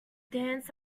danced